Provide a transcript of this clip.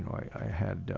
i had